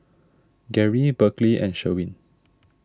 Gary Berkley and Sherwin